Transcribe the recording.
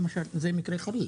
זה מקרה חריג.